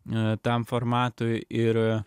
tam formatui ir